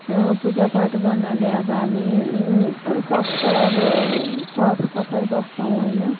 पूजा पाठ गर्नाले अब हामी स्वास्थ्य अब साफसफाइ बस्छौँ होइन